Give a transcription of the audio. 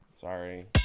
Sorry